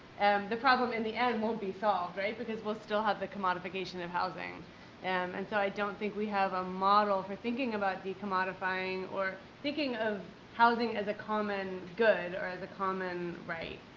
the problem in the end won't be solved, right, because we'll still have the commodification of housing and so i don't think we have a model for thinking about deommodifying or thinking of housing as a common good or the common right.